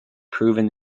proven